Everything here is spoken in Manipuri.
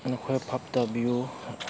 ꯅꯈꯣꯏ ꯕꯥꯞ ꯇꯥꯕꯤꯎ